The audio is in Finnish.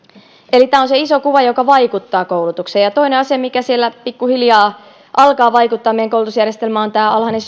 eli tämä on se iso kuva joka vaikuttaa koulutukseen toinen asia mikä siellä pikkuhiljaa alkaa vaikuttaa meidän koulutusjärjestelmäämme on alhainen